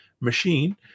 machine